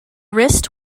wrist